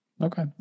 okay